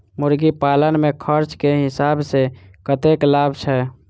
मुर्गी पालन मे खर्च केँ हिसाब सऽ कतेक लाभ छैय?